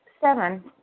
Seven